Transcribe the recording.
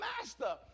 master